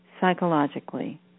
psychologically